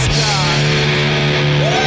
Scott